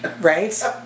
Right